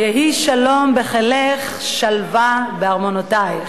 יהי שלום בחילך שלוה בארמנותיך."